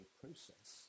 process